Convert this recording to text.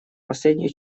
последние